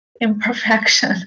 imperfection